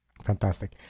fantastic